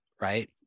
right